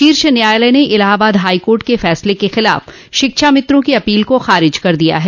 शीर्ष न्यायालय ने इलाहाबाद हाई कोर्ट के फैसले के खिलाफ शिक्षामित्रों की अपील को खारिज कर दिया है